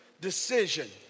decision